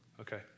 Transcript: Okay